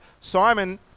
Simon